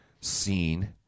seen